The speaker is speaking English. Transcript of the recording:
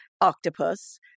octopus